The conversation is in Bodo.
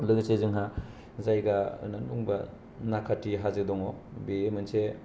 लोगोसे जोंहा जायगा होनना बुङो बा नाखाथि हाजो दङ बे मोनसे